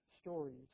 stories